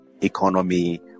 economy